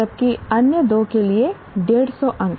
जबकि अन्य दो के लिए 150 अंक